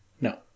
No